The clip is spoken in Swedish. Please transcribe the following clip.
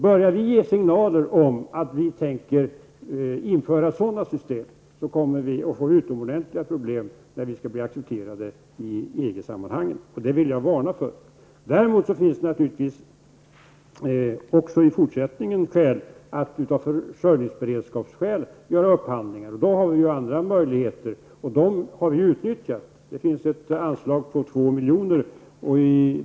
Börjar vi ge signaler om att vi tänker införa sådana system, kommer vi att få utomordentligt stora problem att bli accepterade i EG-sammanhang. Jag vill alltså utfärda en varning här. Däremot kommer det naturligtvis också i fortsättningen att finnas skäl att göra upphandlingar med tanke på föarsörjningsberedskapen. Då har vi andra möjligheter, och dem har vi redan utnyttjat. Det finns ett anslag om 2 miljoner.